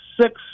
six